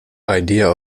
idea